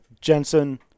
Jensen